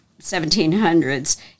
1700s